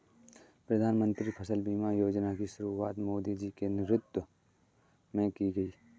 प्रधानमंत्री फसल बीमा योजना की शुरुआत मोदी जी के नेतृत्व में की गई है